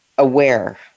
aware